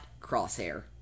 Crosshair